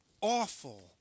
awful